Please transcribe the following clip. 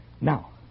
Now